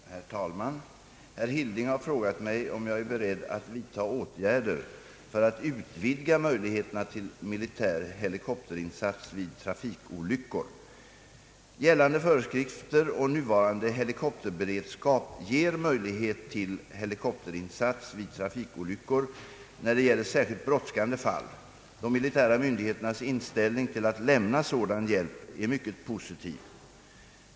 Herr talman! Herr Hilding har frågat mig om jag är beredd att vidta åtgärder för att utvidga möjligheterna Gällande föreskrifter och nuvarande helikopterberedskap ger möjlighet till helikopterinsats vid trafikolyckor när det gäller särskilt brådskande fall. De militära myndigheternas inställning till att lämna sådan hjälp är mycket positiv.